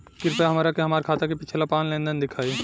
कृपया हमरा के हमार खाता के पिछला पांच लेनदेन देखाईं